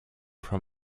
from